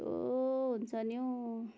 कस्तो हुन्छ नि हौ